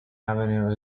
avenue